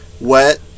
wet